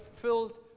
filled